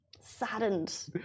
Saddened